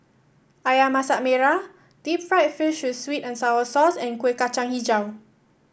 ayam Masak Merah Deep Fried Fish with sweet and sour sauce and Kueh Kacang hijau